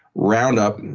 roundup,